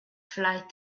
flight